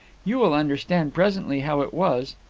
you will understand presently how it was.